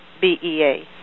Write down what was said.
BEA